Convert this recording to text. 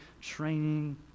training